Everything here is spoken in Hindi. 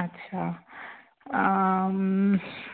अच्छा